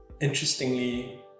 interestingly